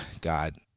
God